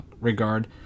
regard